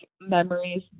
memories